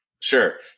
Sure